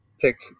pick